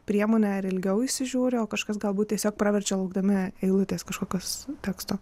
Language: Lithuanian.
priemonę ar ilgiau įsižiūri o kažkas galbūt tiesiog praverčia laukdami eilutės kažkokios teksto